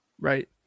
right